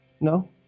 No